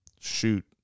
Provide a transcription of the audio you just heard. Shoot